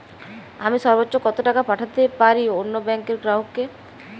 আমি সর্বোচ্চ কতো টাকা পাঠাতে পারি অন্য ব্যাংক র গ্রাহক কে?